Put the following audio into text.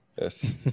Yes